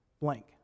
blank